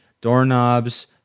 Doorknobs